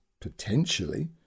potentially